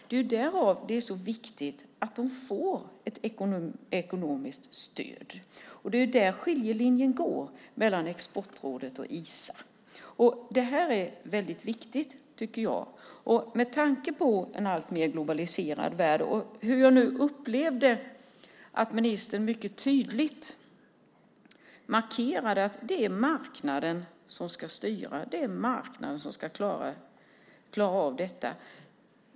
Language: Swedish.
Det är därför det är så viktigt att de får ett ekonomiskt stöd. Det är där skiljelinjen går mellan Exportrådet och Isa. Det här är väldigt viktigt, tycker jag, med tanke på att det är en alltmer globaliserad värld. Jag upplevde nu att ministern mycket tydligt markerade att det är marknaden som ska styra. Det är marknaden som ska klara av detta.